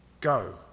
go